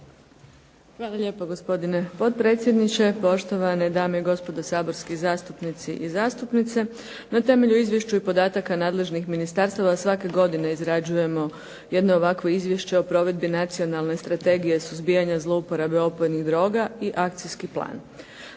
Hvala lijepo. Gospodine potpredsjedniče, poštovane dame i gospodo saborski zastupnici i zastupnice. Na temelju izvješća i podataka nadležnih ministarstava svake godine izrađujemo jedno ovakvo izvješće o provedbi Nacionalne strategije suzbijanja zlouporabe opojnih droga i Akcijski plan.